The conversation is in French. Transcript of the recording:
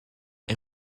est